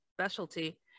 specialty